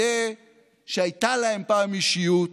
יהיה שהייתה להם פעם אישיות,